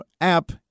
app